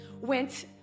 went